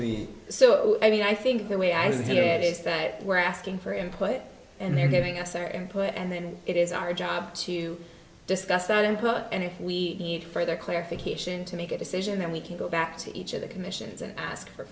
duly so i mean i think the way i do here it is that we're asking for input and they're giving us their input and then it is our job to discuss that input and if we need further clarification to make a decision then we can go back to each of the commissions and ask for